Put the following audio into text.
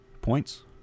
points